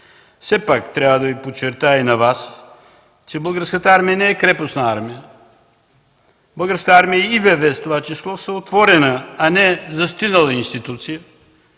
пак трябва да подчертая и на Вас, че Българската армия не е крепостна армия. Българската армия, в това число и ВВС, е отворена, а не застинала институция.